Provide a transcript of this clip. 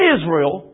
Israel